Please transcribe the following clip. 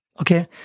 Okay